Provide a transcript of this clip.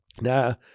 Now